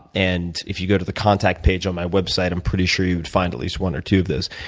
and if you go to the contact page on my website, i'm pretty sure you would find at least one or two of those.